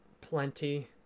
plenty